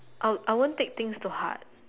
I I won't take things too hard